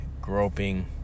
groping